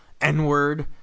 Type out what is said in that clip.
N-Word